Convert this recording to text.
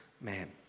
man